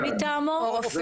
מצוין.